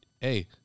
hey